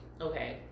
okay